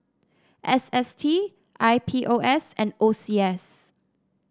S S T I P O S and O C S